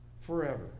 forever